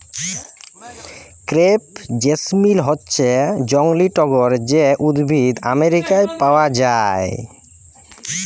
crepe jasmine হচ্যে জংলী টগর যে উদ্ভিদ আমেরিকায় পাওয়া যায়